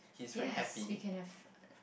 yes we can have uh